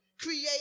create